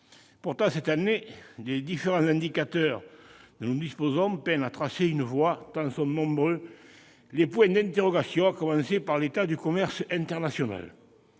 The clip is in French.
Pourtant, cette année, les différents indicateurs dont nous disposons peinent à tracer une voie, tant sont nombreux les points d'interrogation, à commencer par l'état du commerce international.